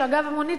ואגב המונית,